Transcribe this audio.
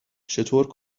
چطور